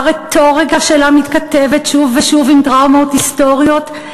שהרטוריקה שלה מתכתבת שוב ושוב עם טראומות היסטוריות,